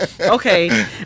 Okay